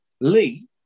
Lee